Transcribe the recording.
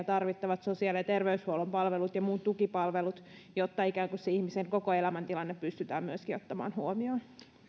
tarvittavat sosiaali ja terveydenhuollon palvelut ja muut rinnalla kulkevat tukipalvelut jotta myös ihmisen koko elämäntilanne pystytään ottamaan huomioon